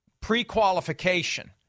pre-qualification